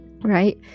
right